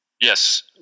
Yes